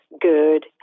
good